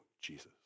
Jesus